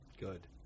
Good